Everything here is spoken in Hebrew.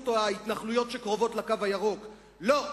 או ההתנחלויות שקרובות ל"קו הירוק" לא.